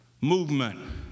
movement